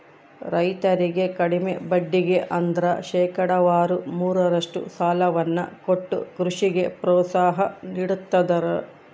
ರೈತರಿಗೆ ಕಡಿಮೆ ಬಡ್ಡಿಗೆ ಅಂದ್ರ ಶೇಕಡಾವಾರು ಮೂರರಷ್ಟು ಸಾಲವನ್ನ ಕೊಟ್ಟು ಕೃಷಿಗೆ ಪ್ರೋತ್ಸಾಹ ನೀಡ್ತದರ